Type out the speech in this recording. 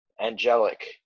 angelic